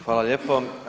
Hvala lijepo.